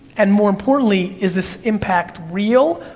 and more importantly, is this impact real,